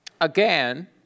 Again